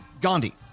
Gandhi